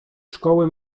szkoły